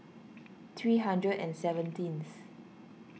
three hundred and seventeenth